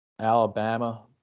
Alabama